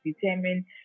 determine